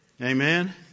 Amen